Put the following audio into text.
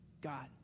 God